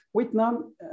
Vietnam